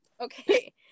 okay